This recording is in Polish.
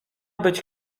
być